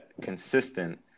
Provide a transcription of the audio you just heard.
consistent